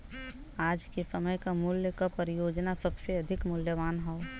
आज के समय क मूल्य क परियोजना सबसे अधिक मूल्यवान हौ